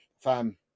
fam